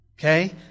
Okay